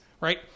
right